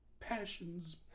passion's